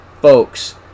Folks